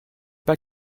pas